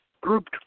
grouped